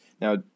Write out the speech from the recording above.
Now